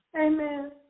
Amen